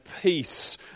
peace